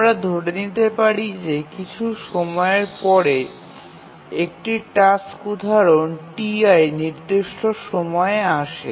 আমরা ধরে নিতে পারি যে নির্দিষ্ট কিছু সময়ের পরে টাস্ক উদাহরণটি ti সময়ে আসে